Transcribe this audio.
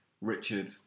Richard